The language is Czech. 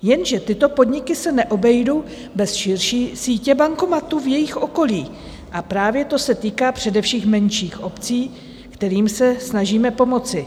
Jenže tyto podniky se neobejdou bez širší sítě bankomatů v jejich okolí, a právě to se týká především menších obcí, kterým se snažíme pomoci.